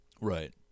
Right